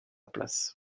place